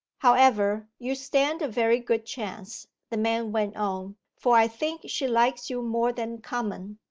however, you stand a very good chance the man went on, for i think she likes you more than common.